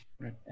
right